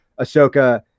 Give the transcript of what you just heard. Ahsoka